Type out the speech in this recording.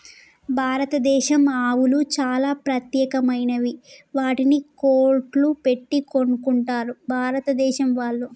భారతదేశం ఆవులు చాలా ప్రత్యేకమైనవి వాటిని కోట్లు పెట్టి కొనుక్కుంటారు బయటదేశం వాళ్ళు